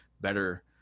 better